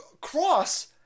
cross